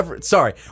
Sorry